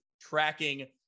tracking